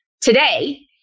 today